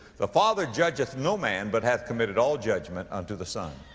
the father judgeth no man, but hath committed all judgment unto the son.